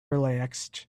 relaxed